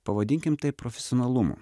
pavadinkim tai profesionalumu